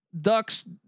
ducks